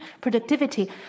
productivity